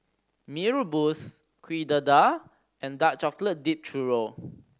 Mee Rebus Kuih Dadar and dark chocolate dipped churro